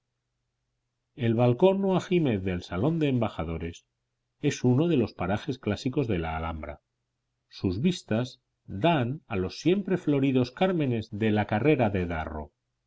el balcón o ajimez del salón de embajadores es uno de los parajes clásicos de la alhambra sus vistas dan a los siempre floridos cármenes de la carrera de darro